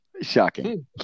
Shocking